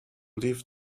leave